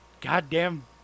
goddamn